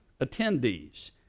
attendees